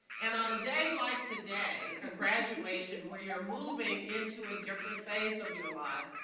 and on a day like today, a graduation, where you're moving into a different phase of your life,